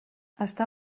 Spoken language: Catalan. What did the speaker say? està